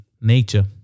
nature